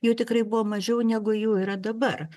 jų tikrai buvo mažiau negu jų yra dabar